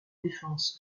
défense